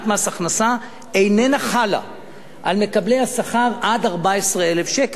הכנסה איננה חלה על מקבלי השכר עד 14,000 שקלים,